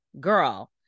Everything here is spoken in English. girl